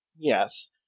Yes